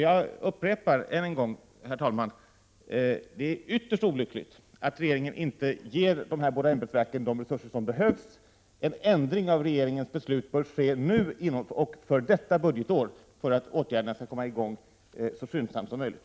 Jag upprepar än en gång, herr talman, att det är ytterst olyckligt att regeringen inte ger de båda ämbetsverken de resurser som de behöver. En ändring av regeringens beslut bör ske nu och med verkan detta budgetår för att åtgärderna skall komma i gång så skyndsamt som möjligt.